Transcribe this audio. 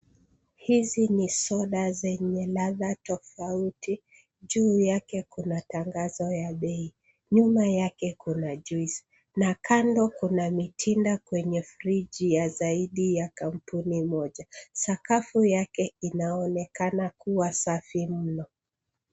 Hizi ni soda zenye ladhaa tofauti. Juu yake kuna tangazo la bei. Nyuma yake kuna juice na kando kuna mitinda kwenye fridgi ya zaidi ya kampuni moja. Sakafu yake inaonekana kuwa safi mno.